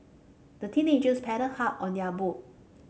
the teenagers paddled hard on their boat